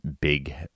big